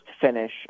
finish